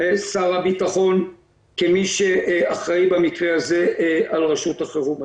שר הביטחון כמי שאחראי במקרה הזה על רשות החירום הלאומית.